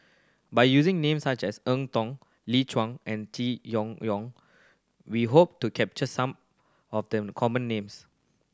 by using names such as Eng Tow Lee Choon and we hope to capture some of the common names